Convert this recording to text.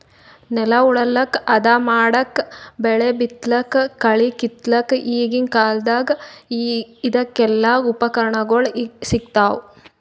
ನೆಲ ಉಳಲಕ್ಕ್ ಹದಾ ಮಾಡಕ್ಕಾ ಬೆಳಿ ಬಿತ್ತಲಕ್ಕ್ ಕಳಿ ಕಿತ್ತಲಕ್ಕ್ ಈಗಿನ್ ಕಾಲ್ದಗ್ ಇದಕೆಲ್ಲಾ ಉಪಕರಣಗೊಳ್ ಸಿಗ್ತಾವ್